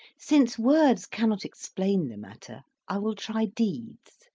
since words cannot explain the matter, i will try deeds,